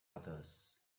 others